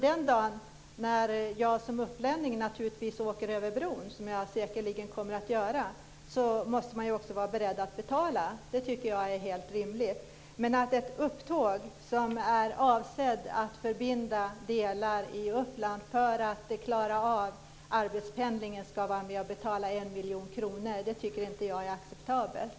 Den dagen när jag som upplänning åker över bron, som jag säkerligen kommer att göra, måste jag också vara beredd att betala - det är helt rimligt. Men att Upptåget, som är avsett att förbinda delar av Uppland för att klara arbetspendlingen, ska vara med och betala 1 miljon kronor tycker inte jag är acceptabelt.